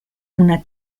una